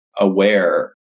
aware